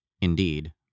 Indeed